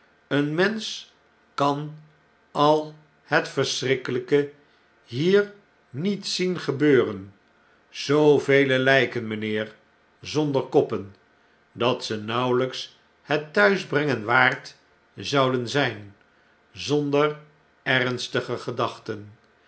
ben mensch kan al het verschrikkelpe hier niet zien gebeuren zoovele lgken mijnheer zonder koppen dat ze nauwelijks het thuisbrengen waard zouden zijn zonder ernstige gedachten